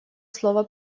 слово